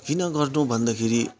किन गर्नु भन्दाखेरि